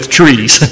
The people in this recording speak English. trees